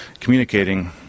communicating